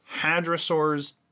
hadrosaurs